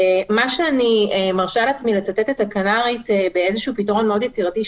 אני מרשה לעצמי לצטט את הכנ"רית באיזשהו פתרון מאוד יצירתי,